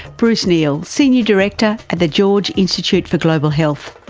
bruce neal, senior director at the george institute for global health.